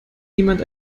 jemand